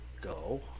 go